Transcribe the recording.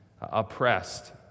oppressed